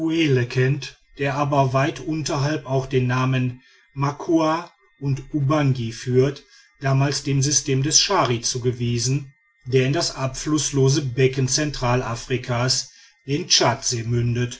der aber weiter unterhalb auch die namen makua und ubangi führt damals dem system des schari zugewiesen der in das abflußlose becken zentralafrikas den